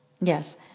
yes